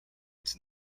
its